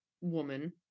woman